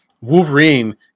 Wolverine